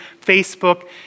Facebook